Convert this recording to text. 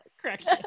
correct